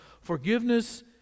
Forgiveness